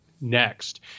next